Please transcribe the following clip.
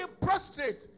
prostrate